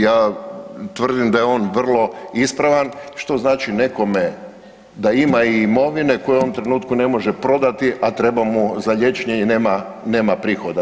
Ja tvrdim da je on vrlo ispravan, što znači nekome da ima i imovine koju u ovom trenutku ne može prodati, a treba mu za liječenje i nema prihoda.